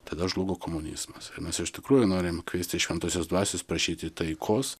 tada žlugo komunizmas ir mes iš tikrųjų norim kviesti šventosios dvasios prašyti taikos